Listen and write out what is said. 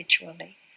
individually